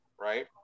Right